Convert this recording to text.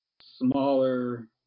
smaller